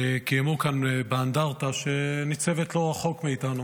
קיימו כאן באנדרטה, שניצבת לא רחוק מאיתנו